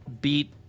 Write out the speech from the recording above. beat